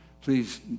Please